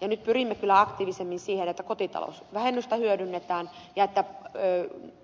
nyt pyrimme kyllä aktiivisemmin siihen että kotitalousvähennystä hyödynnetään ja että